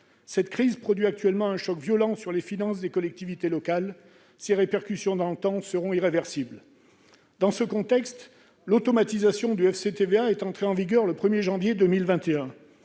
Cette crise produit actuellement un choc violent sur les finances des collectivités locales. Ses répercussions dans le temps seront irréversibles. Dans ce contexte, l'automatisation du fonds de compensation pour la taxe sur